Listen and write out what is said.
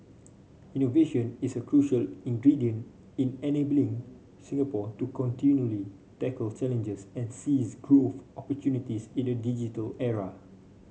innovation is a crucial ingredient in enabling Singapore to continually tackle challenges and seize growth opportunities in a digital era